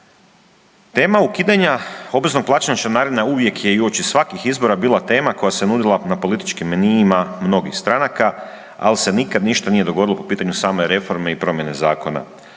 Tema ukidanja obveznog plaćanja članarina uvijek je i uoči svakih izbora bila tema koja se nudila na političkim menijima mnogih stranaka, al se nikada ništa nije dogodilo po pitanju same reforme i promjene zakona.